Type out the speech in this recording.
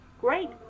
Great